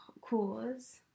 cause